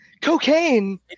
Cocaine